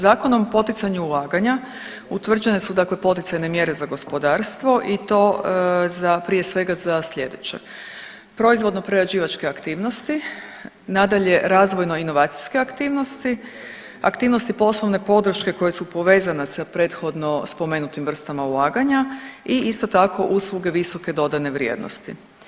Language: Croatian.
Zakonom o poticanju ulaganja utvrđene su poticajne mjere za gospodarstvo i to za prije svega za sljedeće, proizvodno-prerađivačke aktivnosti, nadalje razvojno-inovacijske aktivnosti, aktivnosti poslovne podrške koje su povezane sa prethodno spomenutim vrstama ulaganja i isto tako usluge visoke dodane vrijednosti.